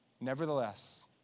nevertheless